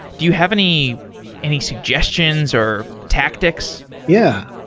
do you have any any suggestions, or tactics? yeah.